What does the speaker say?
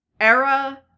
era